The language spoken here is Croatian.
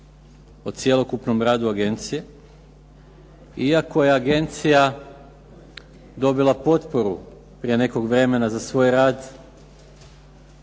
o cjelokupnom radu agencije iako je agencija dobila potporu prije nekog vremena za svoj rad